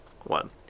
one